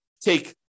take